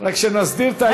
רק שנסדיר את העניינים.